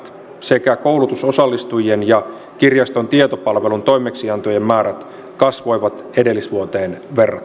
sekä koulutusosallistujien ja kirjaston tietopalvelun toimeksiantojen määrät kasvoivat edellisvuoteen verrattuna